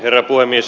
herra puhemies